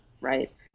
right